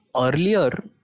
earlier